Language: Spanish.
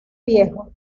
viejo